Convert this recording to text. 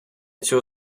цього